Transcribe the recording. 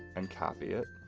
and copy it.